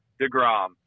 deGrom